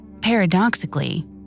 Paradoxically